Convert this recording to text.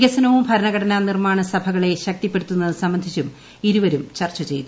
വികസനവും ഭരണഘടന നിർമ്മാണ സഭകളെ ശക്തിപ്പെടുത്തുന്നത് സംബന്ധിച്ചും ഇരുവരും ചർച്ച ചെയ്തു